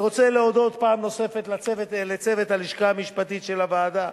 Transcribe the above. אני רוצה להודות פעם נוספת לצוות הלשכה המשפטית של הוועדה,